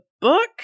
book